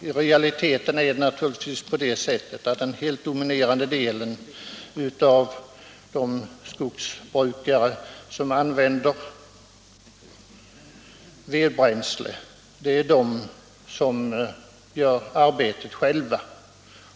I realiteten är ändå den helt dominerande delen av de skogsbrukare som använder eget vedbränsle sådana som gör arbetet själva.